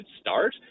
start